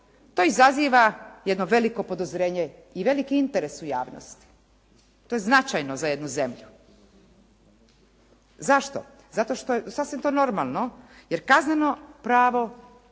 to izaziva jedno veliko podozrenje i veliki interes u javnosti. To je značajno za jednu zemlju. Zašto? Zašto što je sasvim to normalno, jer kazneno pravo